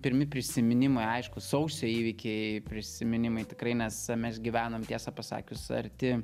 pirmi prisiminimai aišku sausio įvykiai prisiminimai tikrai nes mes gyvenom tiesą pasakius arti